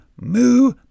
moo